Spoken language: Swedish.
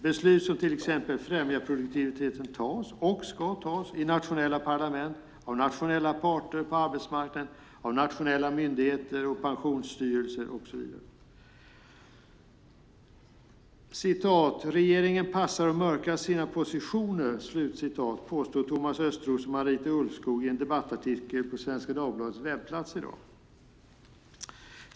Beslut som till exempel främjar produktiviteten fattas och ska fattas i nationella parlament, av nationella parter på arbetsmarknaden, av nationella myndigheter och pensionsstyrelser och så vidare. Regeringen "passar" och "mörkar sina positioner" påstår Thomas Östros och Marita Ulvskog i en debattartikel på Svenska Dagbladets webbplats i dag.